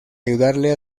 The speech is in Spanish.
ayudarle